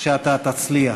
שאתה תצליח.